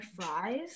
fries